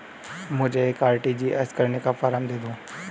मुझे एक आर.टी.जी.एस करने का फारम दे दो?